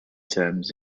terms